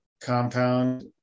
compound